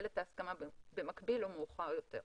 את ההסכמה במקביל או מאוחר יותר.